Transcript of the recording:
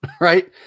Right